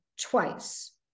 twice